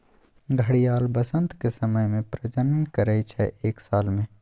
घड़ियाल बसंतक समय मे प्रजनन करय छै एक साल मे